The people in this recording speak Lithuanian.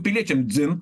piliečiam dzin